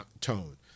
tone